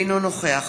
אינו נוכח